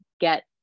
get